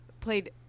played